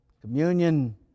Communion